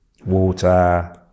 water